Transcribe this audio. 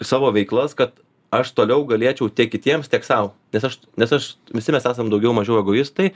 savo veiklas kad aš toliau galėčiau tiek kitiems tiek sau nes aš nes aš visi mes esam daugiau mažiau egoistai